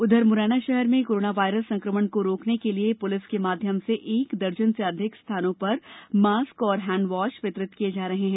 उधर मुरैना शहर में कोरोना वायरस संक्रमण को रोकने के लिए पुलिस के माध्यम से एक दर्जन से अधिक स्थानों पर मास्क और हैण्डवास वितरित किये जा रहे हैं